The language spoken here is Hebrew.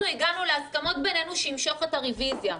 הגענו להסכמות בינינו שימשוך את הרביזיה.